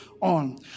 on